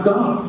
God